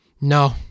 No